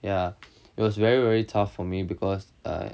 ya it was very very tough for me because I